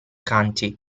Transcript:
county